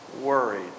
worried